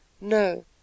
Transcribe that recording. no